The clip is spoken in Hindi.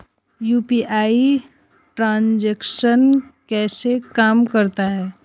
यू.पी.आई ट्रांजैक्शन कैसे काम करता है?